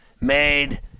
made